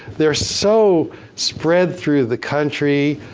they're so spread through the country.